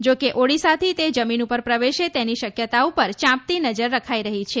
જો કે ઓડિસાથી તે જમીન પર પ્રવેશે તેની શક્યતા ઉપર ચાંપતી નજર રખાઈ રહી છે